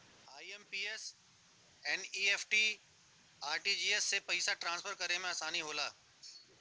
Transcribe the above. IMPS, NEFT, RTGS से पइसा transfer करे में आसानी होला